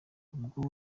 ubwo